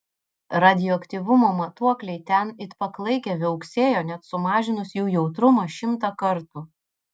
radioaktyvumo matuokliai ten it paklaikę viauksėjo net sumažinus jų jautrumą šimtą kartų